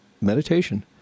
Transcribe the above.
meditation